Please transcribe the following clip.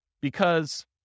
Because-